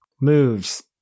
Moves